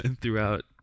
throughout